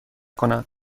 کند